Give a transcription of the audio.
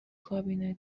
کابینت